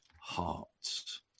hearts